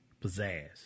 pizzazz